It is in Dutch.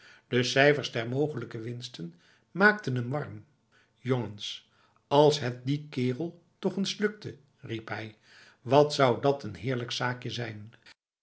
de cijfers der mogelijke winsten maakten hem warm jongens als het die kerel toch eens lukte riep hij wat zou dat een heerlijk zaakje zijn